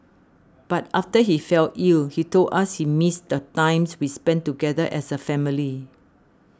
but after he fell ill he told us he missed the times we spent together as a family